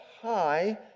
high